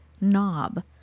knob